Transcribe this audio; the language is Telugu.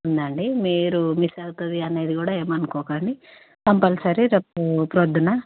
ఉందండి మీరు మీ మిస్ అవుతుంది అనేది కూడా ఏమనుకోకండి కంపల్సరీ రేపు ప్రొద్దున